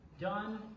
done